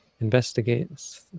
investigates